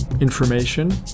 information